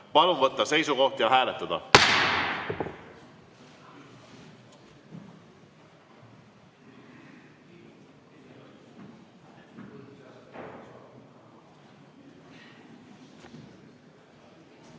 Palun võtta seisukoht ja hääletada!